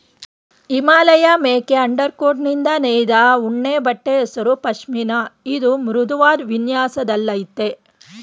ಹಿಮಾಲಯಮೇಕೆ ಅಂಡರ್ಕೋಟ್ನಿಂದ ನೇಯ್ದ ಉಣ್ಣೆಬಟ್ಟೆ ಹೆಸರು ಪಷ್ಮಿನ ಇದು ಮೃದುವಾದ್ ವಿನ್ಯಾಸದಲ್ಲಯ್ತೆ